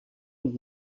und